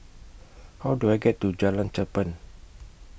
How Do I get to Jalan Cherpen